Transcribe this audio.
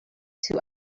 two